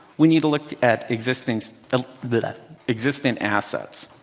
we need to look at existing ah but existing assets.